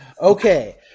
Okay